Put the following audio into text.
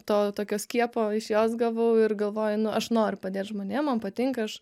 to tokio skiepo iš jos gavau ir galvoju nu aš noriu padėt žmonėm man patinka aš